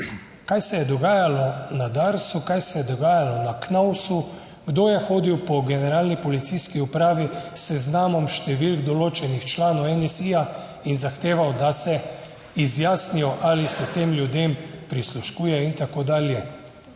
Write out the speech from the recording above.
Kaj se je dogajalo na DARSU, kaj se je dogajalo na KNOVSU, kdo je hodil po Generalni policijski upravi s seznamom številk določenih članov NSi, ja in zahteval, da se izjasnijo, ali se tem ljudem prisluškuje in tako dalje.